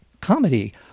comedy